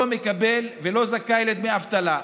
לא מקבל ולא זכאי לדמי אבטלה?